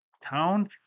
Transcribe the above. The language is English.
Town